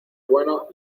bueno